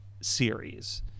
series